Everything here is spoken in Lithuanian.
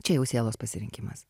čia jau sielos pasirinkimas